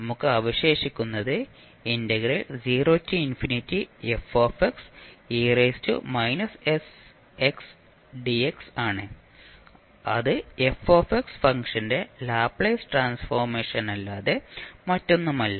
നമുക്ക് അവശേഷിക്കുന്നത് ആണ് അത് f ഫംഗ്ഷന്റെ ലാപ്ലേസ് ട്രാൻസ്ഫോമല്ലാതെ മറ്റൊന്നുമല്ല